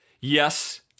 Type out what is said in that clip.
Yes